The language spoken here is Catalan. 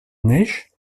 neix